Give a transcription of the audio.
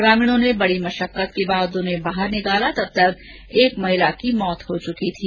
ग्रामीणों ने मशक्कत के बाद उन्हें निकाला तब तक एक महिला की मौत हो चुकी थी